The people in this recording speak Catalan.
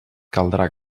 caldrà